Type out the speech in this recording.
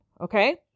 Okay